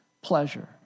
pleasure